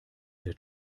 der